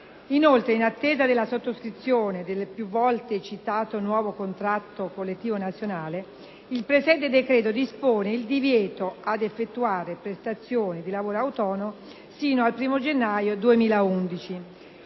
Inoltre, in attesa della sottoscrizione del più volte citato nuovo contratto collettivo nazionale, il presente decreto dispone il divieto ad effettuare prestazioni di lavoro autonomo sino al 1° gennaio 2011.